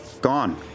gone